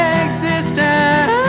existence